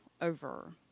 over